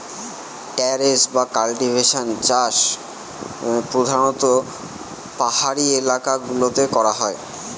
terrace cultivation বা চাষ প্রধানত পাহাড়ি এলাকা গুলোতে করা হয়